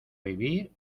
vivir